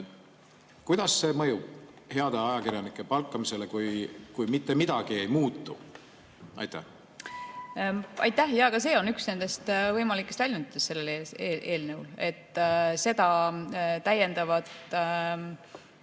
Kuidas see mõjub heade ajakirjanike palkamisele, kui mitte midagi ei muutu? Aitäh! Jaa, ka see on üks nendest võimalikest väljunditest selle eelnõu puhul. Seda täiendavat